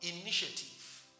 Initiative